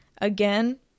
Again